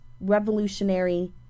revolutionary